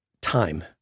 time